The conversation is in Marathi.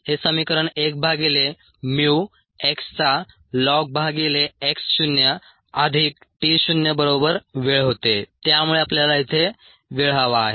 हे समीकरण 1 भागिले mu x चा ln भागिले x शून्य अधिक t शून्य बरोबर वेळ होते त्यामुळे आपल्याला इथे वेळ हवा आहे